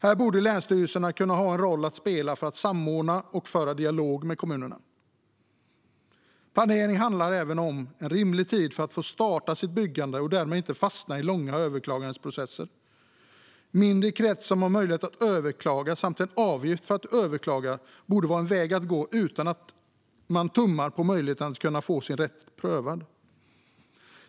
Här borde länsstyrelserna kunna ha en roll att spela för att samordna och föra dialog med kommunerna. Planering handlar även om att inom rimlig tid få starta sitt byggande och därmed inte fastna i långa överklagandeprocesser. En mindre krets som har möjlighet att överklaga samt en avgift för att överklaga borde vara en väg att gå utan att tumma på möjligheten att få sin rätt prövad.